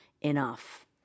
enough